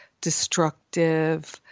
destructive